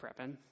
prepping